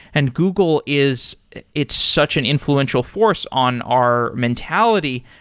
and google is it's such an influential force on our mentality.